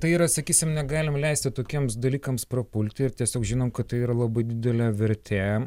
tai yra sakysim negalim leisti tokiems dalykams prapulti ir tiesiog žinom kad tai yra labai didelė vertė